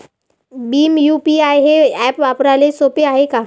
Bhim UPI हे app वापराले सोपे हाय का?